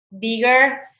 bigger